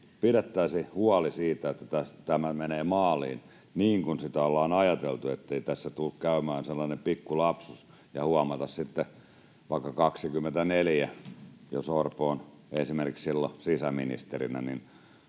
pidettäisiin huoli siitä, että tämä menee maaliin niin kuin ollaan ajateltu, ettei tässä tule käymään sellainen pikku lapsus ja huomata sitten vaikka 2024 — jos Orpo on silloin esimerkiksi sisäministerinä